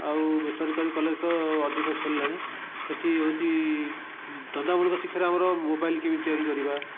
ଆଉ ବେସରକାରୀ କଲେଜ ତ ଅଧିକ ଖୋଲିଲାଣି ସେଇଠି ହେଉଛି ଧନ୍ଦାମୂଳକ ଶିକ୍ଷାରେ ଆମର ମୋବାଇଲ୍ କେମିତି ତିଆରି କରିବା